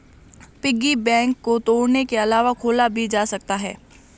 piggy bank को तोड़ने के अलावा खोला भी जा सकता है